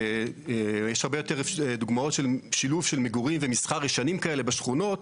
יש הרבה יותר דוגמאות של שילוב של מגורים ומסחרים ישנים כאלה בשכונות,